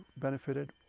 benefited